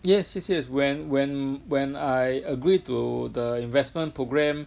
yes yes yes when when when I agree to the investment programme